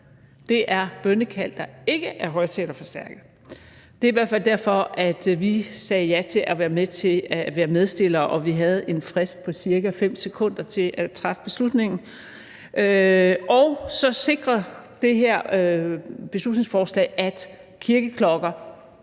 Det er bønnekald, der ikke er højttalerforstærket. Det er i hvert fald derfor, at vi sagde ja til at være med til at være medstillere. Vi havde en frist på cirka fem sekunder til at træffe beslutningen. Og så sikrer det her beslutningsforslag, at kirkeklokker